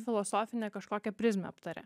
filosofinę kažkokią prizmę aptarė